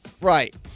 Right